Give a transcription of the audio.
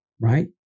right